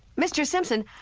mr. simpson,